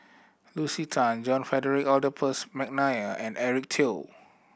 Lucy Tan John Frederick Adolphus McNair and Eric Teo